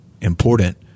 important